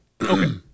Okay